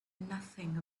nothing